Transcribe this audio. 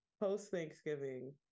Post-Thanksgiving